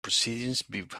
proceedings